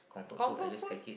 comfort food